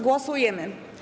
Głosujemy.